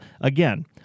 Again